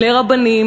לרבנים,